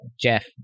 jeff